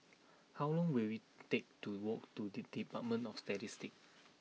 how long will it take to walk to D Department of Statistics